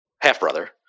half-brother